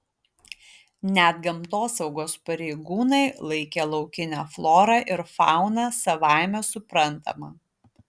net gamtosaugos pareigūnai laikė laukinę florą ir fauną savaime suprantama